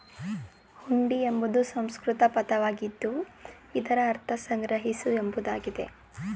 ಹುಂಡಿ ಎಂಬುದು ಸಂಸ್ಕೃತ ಪದವಾಗಿದ್ದು ಇದರ ಅರ್ಥ ಸಂಗ್ರಹಿಸು ಎಂಬುದಾಗಿದೆ